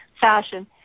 fashion